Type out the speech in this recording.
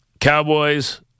Cowboys